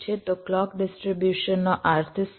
તો ક્લૉક ડિસ્ટ્રીબ્યુશનનો અર્થ શું છે